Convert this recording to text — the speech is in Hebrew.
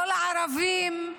לא לערבים,